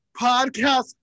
podcast